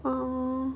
orh